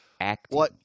Acting